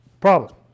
Problem